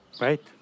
Right